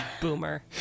boomer